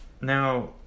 Now